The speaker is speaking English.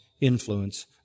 influence